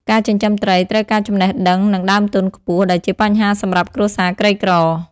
ការចិញ្ចឹមត្រី ត្រូវការចំណេះដឹងនិងដើមទុនខ្ពស់ ដែលជាបញ្ហាសម្រាប់គ្រួសារក្រីក្រ។